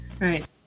Right